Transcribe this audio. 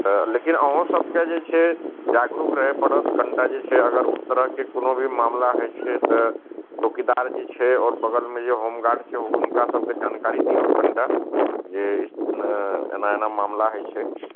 तऽ लेकिन अहूँसभकेँ जे छै जागरूक रहै पड़त कनिटा जे छै अगर ओ तरहके कोनो भी मामिला होइ छै तऽ चौकीदार जे छै आओर बगलमे जे होमगार्ड छै हुनका सभकेँ जानकारी दिऔ कनिटा जे एना एना मामिला होइ छै